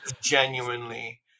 genuinely